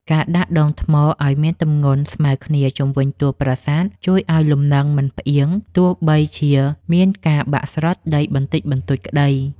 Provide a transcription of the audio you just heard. ការដាក់ដុំថ្មឱ្យមានទម្ងន់ស្មើគ្នាជុំវិញតួប្រាសាទជួយឱ្យលំនឹងមិនផ្អៀងទោះបីជាមានការបាក់ស្រុតដីបន្តិចបន្តួចក្តី។